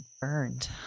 Burned